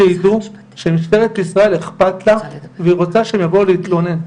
שידעו שמשטרת ישראל אכפת לה והיא רוצה שהם יבואו להתלונן.